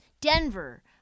Denver